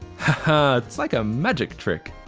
haha it's like a magic trick!